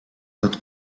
tot